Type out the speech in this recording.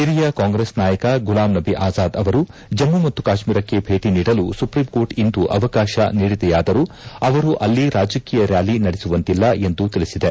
ಹಿರಿಯ ಕಾಂಗ್ರೆಸ್ ನಾಯಕ ಗುಲಾಂ ನಬಿ ಆಜಾದ್ ಅವರು ಜಮ್ಮ ಮತ್ತು ಕಾಶ್ಮೀರಕ್ಕೆ ಭೇಟ ನೀಡಲು ಸುಪ್ರೀಂ ಕೋರ್ಟ್ ಇಂದು ಅವಕಾಶ ನೀಡಿದೆಯಾದರೂ ಅವರು ಅಲ್ಲಿ ರಾಜಕೀಯ ರ್ಕಾಲಿ ನಡೆಸುವಂತಿಲ್ಲ ಎಂದು ತಿಳಿಸಿದೆ